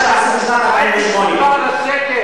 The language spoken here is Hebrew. שעשו בשנת 1948. אל תישבע אמונים לשקר.